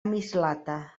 mislata